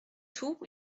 tout